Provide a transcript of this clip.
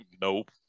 nope